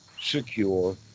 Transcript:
secure